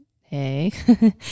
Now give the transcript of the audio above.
hey